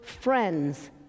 friends